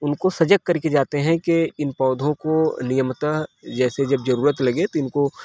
उनको सजग करके जाते हैं कि इन पौधों को नियमत जैसे जब जरूरत लगे तो इनको